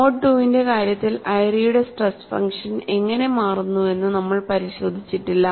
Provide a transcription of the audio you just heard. mode II ന്റെ കാര്യത്തിൽ ഐറിയുടെ സ്ട്രെസ് ഫംഗ്ഷൻ എങ്ങനെ മാറുന്നുവെന്ന് നമ്മൾ പരിശോധിച്ചിട്ടില്ല